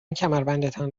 کمربندتان